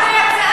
הגשתי הצעה.